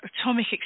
atomic